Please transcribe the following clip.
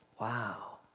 Wow